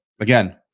again